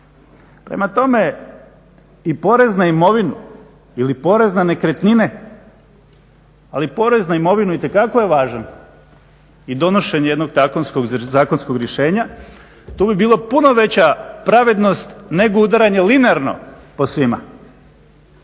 Prema tome i porez na imovinu ili porez na nekretnine, ali porez na imovinu itekako je važan i donošenje jednog zakonskog rješenja. Tu bi bila puno veća pravednost nego udaranje linearno po svima.